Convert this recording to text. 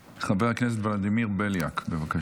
חבר הכנסת ולדימיר בליאק, בבקשה.